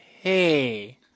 hey